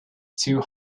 two